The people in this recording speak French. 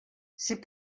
c’est